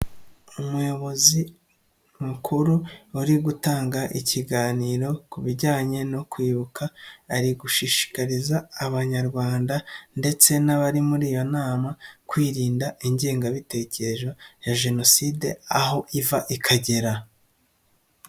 Umuyobozi mukuru uri gutanga ikiganiro ku bijyanye no kwibuka ari gushishikariza abanyarwanda ndetse n'abari muri iyo nama kwirinda ingengabitekerezo ya jenoside aho iva ikagera.